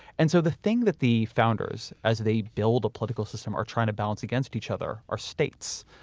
and so, the thing that the founders as they build a political system are trying to balance against each other are states,